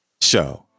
Show